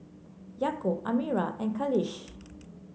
Yaakob Amirah and Khalish